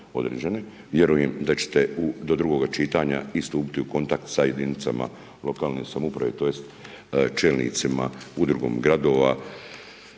Vjerujem da ćete do drugoga čitanja i stupiti u kontakt sa jedinicama lokalne samouprave, tj. čelnicima, udrugom gradova